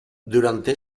durante